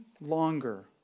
longer